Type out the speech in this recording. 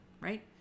right